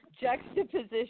juxtaposition